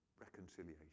reconciliation